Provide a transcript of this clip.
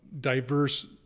diverse